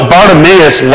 Bartimaeus